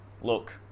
Look